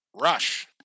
rush